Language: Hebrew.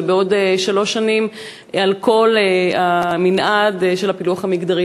ובעוד שלוש שנים בכל המנעד של הפילוח המגדרי.